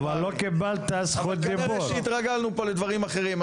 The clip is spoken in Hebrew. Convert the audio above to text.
אבל כנראה שהתרגלנו פה לדברים אחרים.